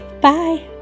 Bye